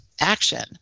action